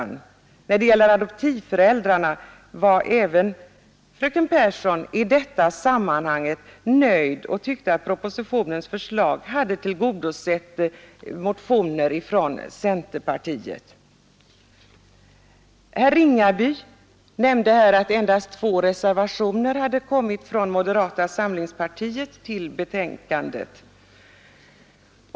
Även när det gäller adoptivföräldrarna var fröken Pehrsson nöjd och tyckte att propositionens förslag hade tillgodosett motioner från centerpartiet. Herr Ringaby nämnde att det endast hade avgivits två moderata reservationer till betänkandet.